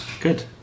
Good